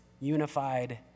unified